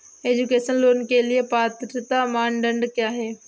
Education loan के लिए पात्रता मानदंड क्या है?